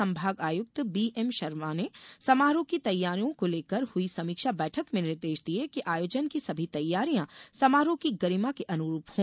संभाग आयुक्त बीएम शर्मा ने समारोह की तैयारियां को लेकर हुई समीक्षा बैठक में निर्देश दिये कि आयोजन की सभी तैयारियां समारोह की गरिमा के अनुरूप हों